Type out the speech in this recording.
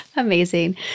amazing